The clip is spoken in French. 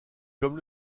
comme